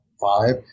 five